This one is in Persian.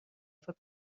فکر